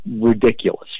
ridiculous